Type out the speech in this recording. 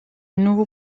nouveau